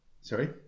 sorry